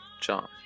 John